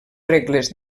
regles